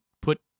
put